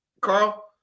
Carl